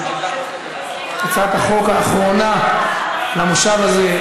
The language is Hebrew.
הצעת החוק האחרונה למושב הזה.